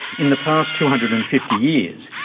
in the past two hundred and fifty years,